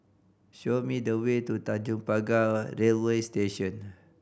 show me the way to Tanjong Pagar Railway Station